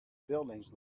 buildings